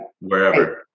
wherever